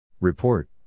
Report